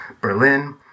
Berlin